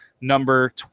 number